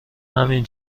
همین